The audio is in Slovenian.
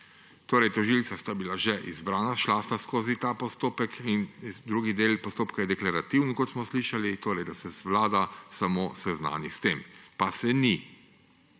Torej, tožilca sta bila že izbrana, šla sta skozi ta postopek in drugi del postopka je deklarativen, kot smo slišali, torej da se Vlada samo seznani s tem – pa se ni.